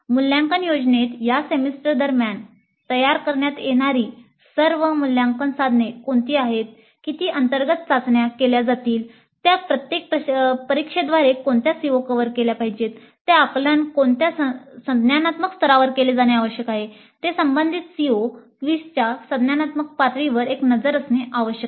मूल्यांकन योजनेत या सेमेस्टर दरम्यान तयार करण्यात येणारी सर्व मूल्यांकन साधने कोणती आहेत किती अंतर्गत चाचण्या केल्या जातील त्या प्रत्येक परीक्षेद्वारे कोणत्या CO कव्हर केल्या पाहिजेत त्या आकलन कोणत्या संज्ञानात्मक स्तरावर केले जाणे आवश्यक आहे तेथे संबंधित CO क्विझच्या संज्ञानात्मक पातळीवर एक नजर असणे आवश्यक आहे